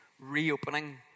reopening